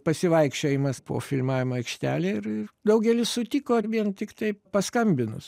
pasivaikščiojimas po filmavimo aikštelę ir daugelis sutiko ir vien tiktai paskambinus